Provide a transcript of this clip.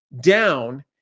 down